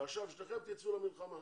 ועכשיו שניכם תצאו למלחמה.